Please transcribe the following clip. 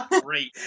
great